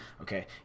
Okay